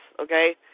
okay